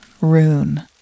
Rune